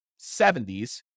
70s